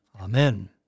Amen